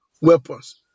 weapons